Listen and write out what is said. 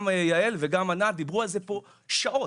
גם יעל וגם ענת דיברו על זה פה שעות,